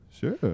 Sure